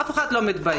אף אחד לא מתבייש.